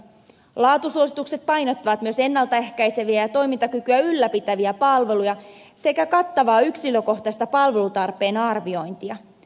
laatusuositukset painottavat myös ennalta ehkäiseviä ja toimintakykyä ylläpitäviä palveluja sekä kattavaa yksilökohtaista palvelutarpeen arviointia